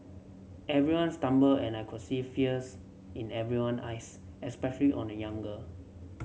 everyone stumbled and I could see fears in everyone eyes especially on a young girl